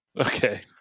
Okay